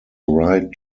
ride